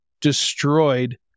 destroyed